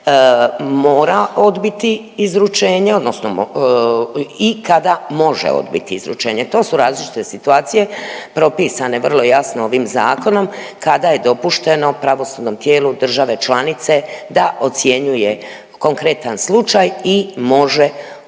mora odbiti izručenje odnosno mo… i kada može odbiti izručenje. To su različite situacije propisane vrlo jasno ovim zakonom kada je dopušteno pravosudnom tijelu države članice da ocjenjuje konkretan slučaj i može odbiti